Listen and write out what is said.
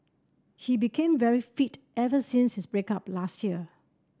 he became very fit ever since his break up last year